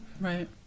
right